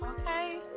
Okay